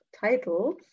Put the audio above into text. titles